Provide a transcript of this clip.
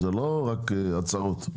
לא רק הצהרות.